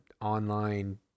online